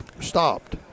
stopped